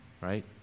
right